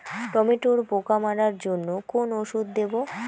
টমেটোর পোকা মারার জন্য কোন ওষুধ দেব?